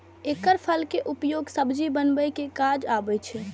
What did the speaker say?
एकर फल के उपयोग सब्जी बनबै के काज आबै छै